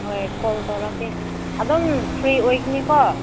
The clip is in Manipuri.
ꯍꯣꯏ ꯀꯣꯜ ꯇꯧꯔꯛꯀꯦ ꯑꯗꯨꯝ ꯐ꯭ꯔꯤ ꯑꯣꯏꯒꯅꯤꯀꯣ